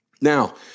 Now